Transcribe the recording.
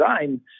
design